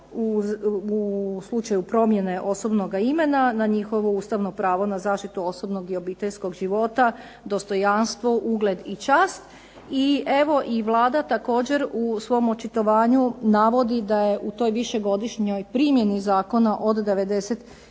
u slučaju promjene osobnog imena na njegovo ustavno pravo na zaštitu osobnog i obiteljskog života, dostojanstvo, ugled i čast. I Vlada također u svom očitovanju navodi da je u toj višegodišnjoj primjeni zakona od '92.